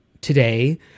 today